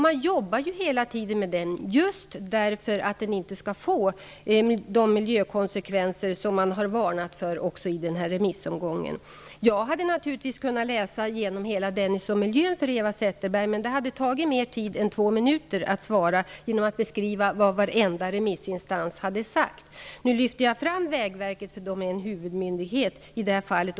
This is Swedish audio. Man jobbar hela tiden med den just därför att den inte skall få de miljökonsekvenser som har varnats för även i denna remissomgång. Jag hade naturligtvis kunnat läsa upp allt om Dennispaketet och miljön för Eva Zetterberg. Men det hade tagit mer tid än två minuter för att beskriva vad varenda remissinstans har sagt. Nu lyfte jag fram Vägverkets yttrande. Det är en huvudmyndighet i det här fallet.